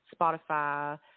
Spotify